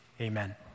Amen